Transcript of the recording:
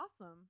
Awesome